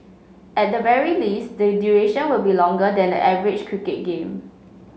at the very least the duration will be longer than the average cricket game